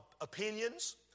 opinions